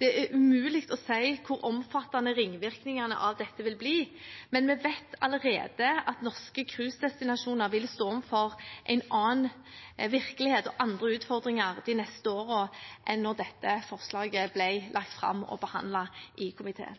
Det er umulig å si hvor omfattende ringvirkningene av dette vil bli, men vi vet allerede at norske cruisedestinasjoner vil stå overfor en annen virkelighet og andre utfordringer de neste årene, enn de gjorde da dette forslaget ble lagt fram og behandlet i komiteen.